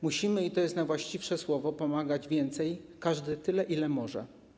Musimy - i to jest najwłaściwsze słowo - pomagać więcej, każdy tyle, ile może.